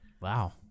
Wow